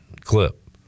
clip